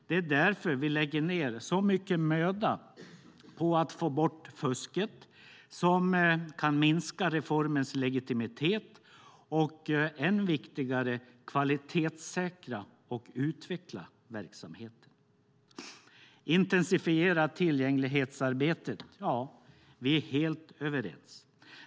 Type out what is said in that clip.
Det är därför vi lägger ned så mycket möda på att få bort fusket som kan minska reformens legitimitet och att - än viktigare - kvalitetssäkra och utveckla verksamheten. Man vill också intensifiera tillgänglighetsarbetet. Vi är helt överens.